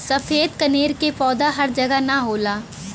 सफ़ेद कनेर के पौधा हर जगह ना होला